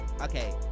Okay